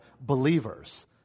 believers